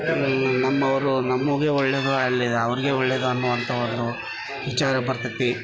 ನಮ್ಮವರು ನಮಗೆ ಒಳ್ಳೆಯದು ಅಲ್ಲಿ ಅವರಿಗೆ ಒಳ್ಳೆಯದು ಅನ್ನೋ ಅಂಥ ಒಂದು ವಿಚಾರ ಬರ್ತದೆ